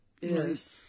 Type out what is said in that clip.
Yes